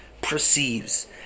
perceives